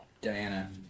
Diana